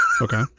Okay